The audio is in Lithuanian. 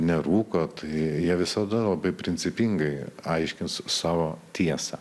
nerūko tai jie visada labai principingai aiškins savo tiesą